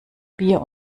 bier